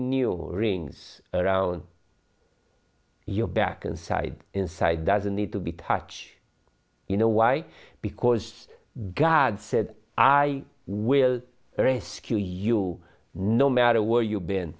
new rings around your back inside inside doesn't need to be touch you know why because god said i will rescue you no matter where you been